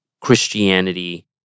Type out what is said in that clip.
Christianity